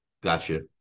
Gotcha